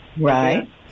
Right